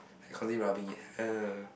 like constantly rubbing it